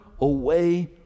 away